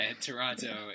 toronto